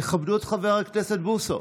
תכבדו את חבר הכנסת בוסו.